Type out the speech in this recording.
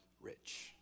rich